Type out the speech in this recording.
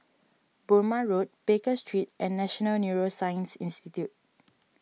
Burmah Road Baker Street and National Neuroscience Institute